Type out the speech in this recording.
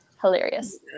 hilarious